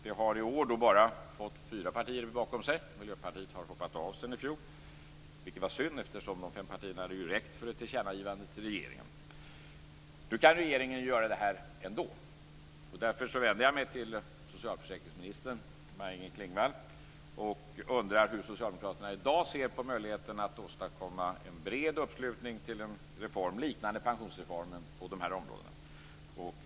Det har i år bara fått fyra partier bakom sig. Miljöpartiet har hoppat av sedan i fjol, vilket var synd, eftersom de fem partierna hade räckt för ett tillkännagivande till regeringen. Nu kan regeringen göra det här ändå. Därför vänder jag mig till socialförsäkringsminister Maj-Inger Klingvall och undrar hur socialdemokraterna i dag ser på möjligheterna att åstadkomma en bred uppslutning bakom en reform liknande pensionsreformen på de här områdena.